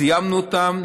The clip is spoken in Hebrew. סיימנו אותן,